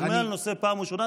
אני שומע על הנושא פעם ראשונה.